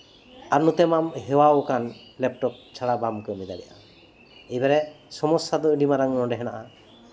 ᱟᱨ ᱱᱚᱛᱮ ᱢᱟᱢ ᱦᱮᱣᱟ ᱟᱠᱟᱱ ᱞᱮᱯᱴᱚᱯ ᱪᱷᱟᱲᱟ ᱵᱟᱢ ᱠᱟᱹᱢᱤ ᱫᱟᱲᱮᱭᱟᱜᱼᱟ ᱮᱵᱟᱨᱮ ᱥᱚᱢᱚᱥᱥᱟ ᱫᱚ ᱱᱚᱰᱮ ᱟᱹᱰᱤ ᱢᱟᱨᱟᱝ ᱢᱮᱱᱟᱜᱼᱟ